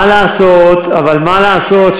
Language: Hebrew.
מה לעשות,